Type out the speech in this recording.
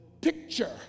picture